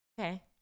Okay